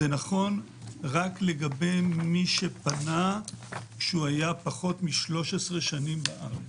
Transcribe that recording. וזה שזה יהיה נכון רק לגבי מי שפנה כשהוא היה פחות מ-13 שנה בארץ.